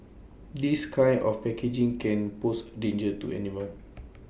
this kind of packaging can pose A danger to animals